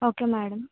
okay madam